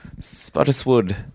Spottiswood